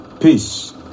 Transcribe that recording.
peace